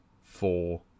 four